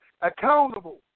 accountable